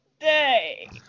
day